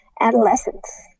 adolescence